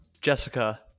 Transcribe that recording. jessica